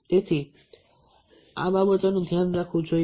તેથી આ બાબતોનું ધ્યાન રાખવું જોઈએ